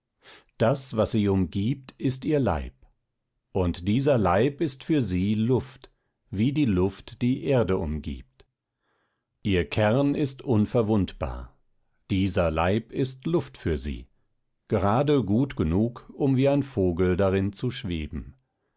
das was sie umgibt ist ihr leib und dieser leib ist für sie luft wie die luft die erde umgibt ihr kern ist unverwundbar dieser leib ist luft für sie gerade gut genug um wie ein vogel darin zu schweben